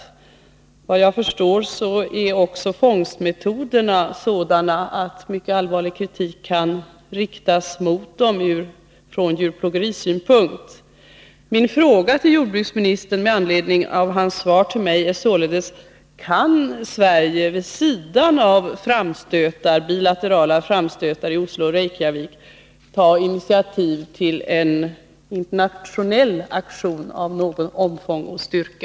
Såvitt jag förstår är också fångstmetoderna sådana att mycket allvarlig kritik kan riktas mot dem från djurplågerisynpunkt. Min fråga till jordbruksministern med anledning av hans svar till mig är således: Kan Sverige, vid sidan av bilaterala framstötar i Oslo och Reykjavik, ta initiativ till en internationell aktion av omfång och styrka?